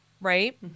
right